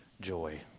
joy